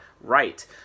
Right